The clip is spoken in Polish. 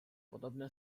podobne